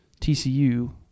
TCU